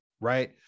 right